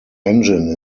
engine